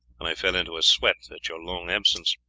and i fell into a sweat at your long absence.